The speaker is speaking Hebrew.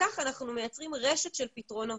ככה אנחנו מייצרים רשת של פתרונות.